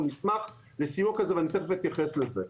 נשמח לסיוע כזה ואני תיכף אתייחס לזה.